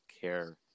care